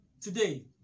Today